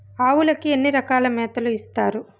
ఆవులకి ఎన్ని రకాల మేతలు ఇస్తారు?